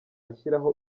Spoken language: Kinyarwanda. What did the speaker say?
ashyiraho